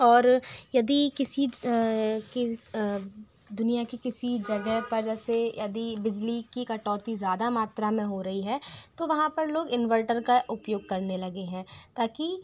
और यदि किसी दुनिया की किसी जगह पर जैसे यदि बिजली की कटौती ज़्यादा मात्रा में हो रही है तो वहाँ पर लोग इन्वर्टर का उपयोग करने लगे हैं